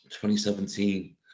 2017